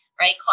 right